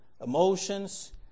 emotions